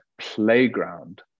playground